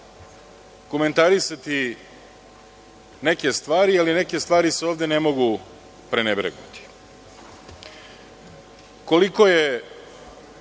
komentarisati neke stvari, ali neke stvari se ovde ne mogu prenebregnuti. Koliko je